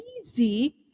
easy